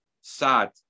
sad